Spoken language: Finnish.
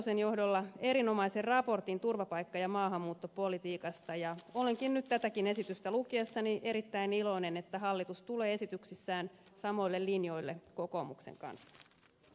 satosen johdolla erinomaisen raportin turvapaikka ja maahanmuuttopolitiikasta ja olenkin nyt tätäkin esitystä lukiessani erittäin iloinen että hallitus tulee esityksissään samoille linjoille kokoomuksen kanssa